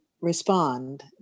respond